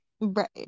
right